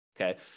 Okay